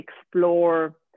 explore